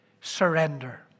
surrender